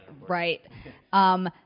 right